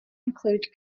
include